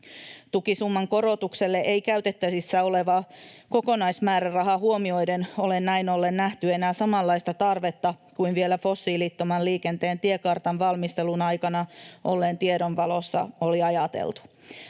Tukisumman korotukselle ei käytettävissä oleva kokonaismääräraha huomioiden ole näin ollen nähty enää samanlaista tarvetta kuin vielä fossiilittoman liikenteen tiekartan valmistelun aikana olleen tiedon valossa oli ajateltu.